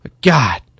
God